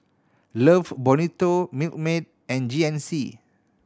Love Bonito Milkmaid and G N C